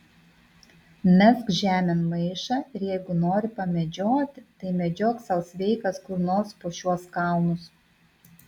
mesk žemėn maišą ir jeigu nori pamedžioti tai medžiok sau sveikas kur nors po šiuos kalnus